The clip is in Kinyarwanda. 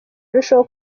arushaho